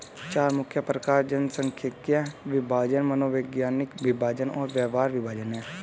चार मुख्य प्रकार जनसांख्यिकीय विभाजन, मनोवैज्ञानिक विभाजन और व्यवहार विभाजन हैं